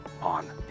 on